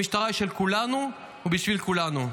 המשטרה היא של כולנו ובשביל כולנו.